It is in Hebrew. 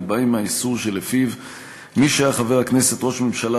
ובהם האיסור שלפיו מי שהיה חבר הכנסת,